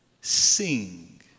sing